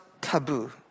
taboo